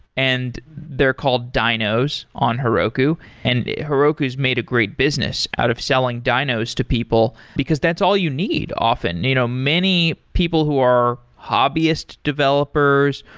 and they're called dynos on heroku, and heroku has made a great business out of selling dynos to people, because that's all you need often. you know many people who are hobbyist developers,